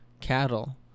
cattle